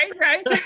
right